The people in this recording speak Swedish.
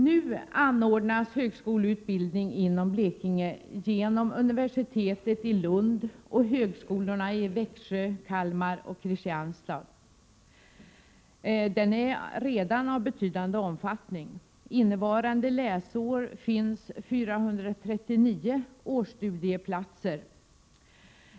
Nu anordnas högskoleutbildning inom Blekinge genom universitetet i Lund och högskolorna i Växjö, Kalmar och Kristianstad. Den är redan av betydande omfattning. Innevarande läsår finns 439 årsstudieplatser.